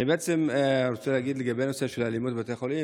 אני בעצם רוצה להגיד על הנושא של האלימות בבתי חולים,